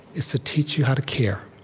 is to teach you how to care.